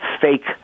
fake